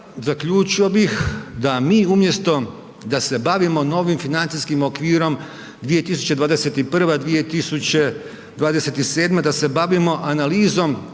zaključio bih da mi umjesto da se bavimo novim financijskim okvirom 2021.—2027., da se bavimo analizom